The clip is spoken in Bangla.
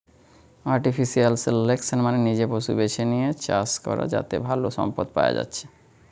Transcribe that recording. আর্টিফিশিয়াল সিলেকশন মানে নিজে পশু বেছে লিয়ে চাষ করা যাতে ভালো সম্পদ পায়া যাচ্ছে